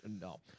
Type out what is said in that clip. No